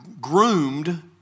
groomed